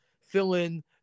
fill-in